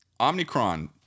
Omnicron